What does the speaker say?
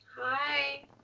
hi